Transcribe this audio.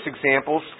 examples